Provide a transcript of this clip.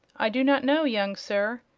i do not know, young sir.